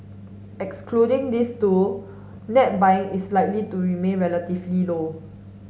excluding these two net buying is likely to remain relatively low